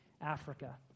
Africa